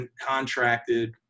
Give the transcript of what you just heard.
contracted